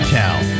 town